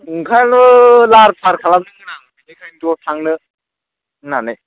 ओंखारनो लाहार फाहार खालामदोंमोन आं बेनिखायथ' थांनो होननानै